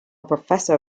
professor